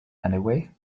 anyway